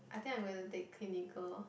I think I going to take clinical